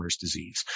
disease